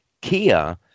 Kia